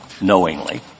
knowingly